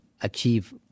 achieve